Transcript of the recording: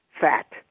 Fat